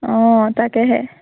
অঁ তাকেহে